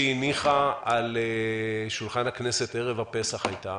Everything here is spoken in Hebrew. הניחה על שולחן הכנסת ערב הפסח היתה